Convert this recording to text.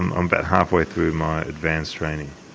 um um about halfway through my advanced training.